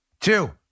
Two